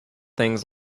things